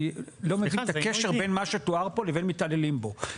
אני לא מבין את הקשר בין מה שתואר פה לבין מתעללים בו.